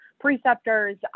preceptors